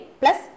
plus